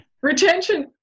retention